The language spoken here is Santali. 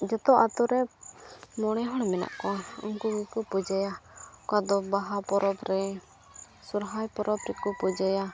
ᱡᱚᱛᱚ ᱟᱹᱛᱩᱨᱮ ᱢᱚᱬᱮ ᱦᱚᱲ ᱢᱮᱱᱟᱜ ᱠᱚᱣᱟ ᱩᱱᱠᱩ ᱜᱮᱠᱚ ᱯᱩᱡᱟᱹᱭᱟ ᱚᱠᱟ ᱫᱚ ᱵᱟᱦᱟ ᱯᱚᱨᱚᱵᱽ ᱨᱮ ᱥᱚᱦᱚᱨᱟᱭ ᱯᱚᱨᱚᱵᱽ ᱨᱮᱠᱚ ᱯᱩᱡᱟᱹᱭᱟ